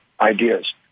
ideas